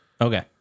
Okay